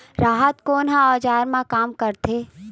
राहत कोन ह औजार मा काम आथे?